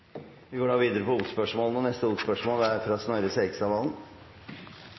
Vi går videre til neste hovedspørsmål. Mitt spørsmål er